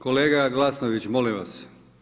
Kolega Glasnović, molim vas.